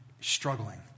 struggling